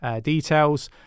details